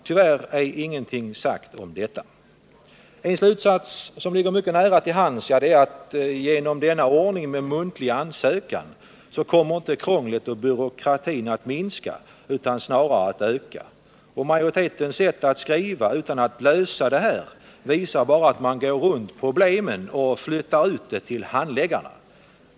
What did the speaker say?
Tyvärr är ingenting sagt om detta. En slutsats som ligger mycket nära till hands är att genom denna ordning med muntlig ansökan kommer inte krånglet och byråkratin att minska, utan snarare att öka. Majoritetens sätt att skriva, utan att lösa detta problem, visar att man går runt problemet och flyttar det till handläggarna.